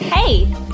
Hey